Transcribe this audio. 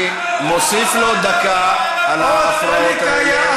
למה באת מרמאללה לירושלים?